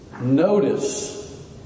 notice